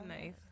Nice